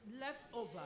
leftover